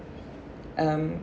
um